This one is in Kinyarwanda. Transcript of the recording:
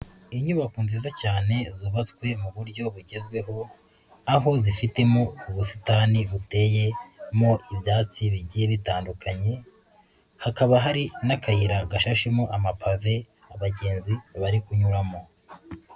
Inyubako nziza cyane zubatswe mu buryo bugezweho, aho zifitemo ubusitani buteyemo ibyatsi bigiye bitandukanye, hakaba hari n'akayira gashashemo amapave abagenzi bari kunyuramo.